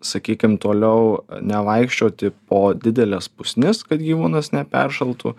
sakykim toliau nevaikščioti po dideles pusnis kad gyvūnas neperšaltų